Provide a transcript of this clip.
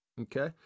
okay